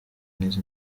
n’izo